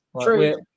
true